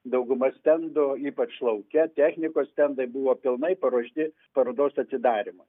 dauguma stendų ypač lauke technikos stendai buvo pilnai paruošti parodos atidarymą